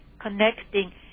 connecting